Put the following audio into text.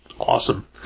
awesome